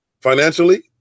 Financially